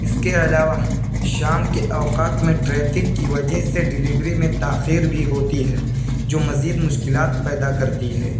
اس کے علاوہ شام کے اوقات میں ٹریفک کی وجہ سے ڈلیوری میں تاخیر بھی ہوتی ہے جو مزید مشکلات پیدا کرتی ہے